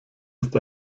ist